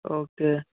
okay